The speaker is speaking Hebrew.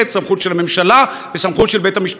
סמכות של הממשלה וסמכות של בית המשפט.